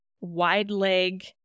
wide-leg